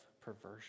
perversion